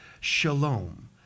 Shalom